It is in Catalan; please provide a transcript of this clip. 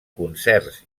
concerts